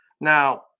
now